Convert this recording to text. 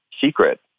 secret